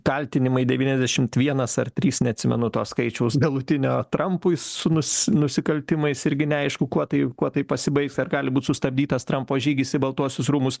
kaltinimai devyniasdešimt vienas ar trys neatsimenu to skaičiaus galutinio trampui sūnus nusikaltimais irgi neaišku kuo tai kuo tai pasibaigs ar gali būt sustabdytas trampo žygis į baltuosius rūmus